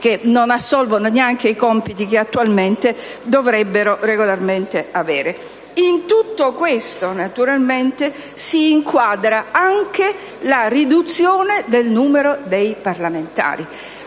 non assolvendo neanche i compiti che attualmente dovrebbero regolarmente svolgere). In tutto questo naturalmente si inquadra anche la riduzione del numero dei parlamentari.